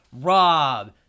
Rob